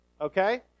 Okay